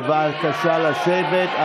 בבקשה לשבת.